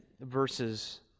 verses